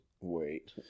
Wait